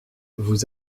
vous